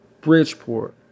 Bridgeport